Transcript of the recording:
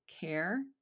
care